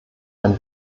ein